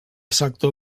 sector